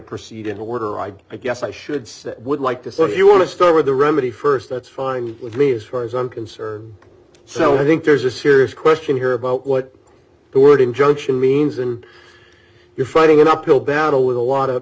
proceed in order i guess i should say would like to sort of you want to start with the remedy st that's fine with me as far as i'm concerned so i think there's a serious question here about what the word injunction means and you're fighting an uphill battle with a lot